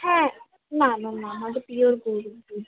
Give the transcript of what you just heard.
হ্যাঁ না না না আমাদের পিওর গরুর দুধ